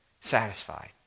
satisfied